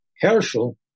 Herschel